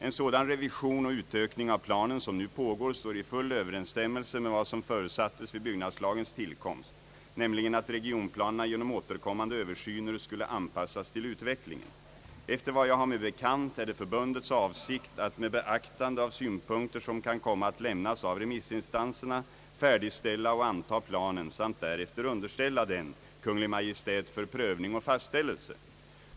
En sådan revision och utökning av planen som nu pågår står i full överensstämmelse med vad som förutsattes vid byggnadslagens tillkomst, nämligen att regionplanerna genom återkommande översyner skulle anpassas till utvecklingen. Efter vad jag har mig bekant är det förbundets avsikt att med beaktande av synpunkter som kan komma att lämnas av remissinstanserna färdigställa och anta planen samt därefter underställa den Kungl. Maj:t för prövning och fastställelse.